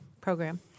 program